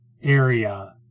area